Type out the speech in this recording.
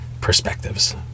perspectives